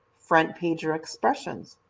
frontpage, or expressions.